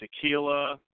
tequila